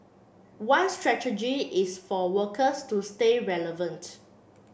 one strategy is for workers to stay relevant